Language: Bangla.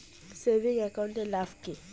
সেভিংস একাউন্ট এর কি লাভ?